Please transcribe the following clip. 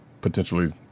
potentially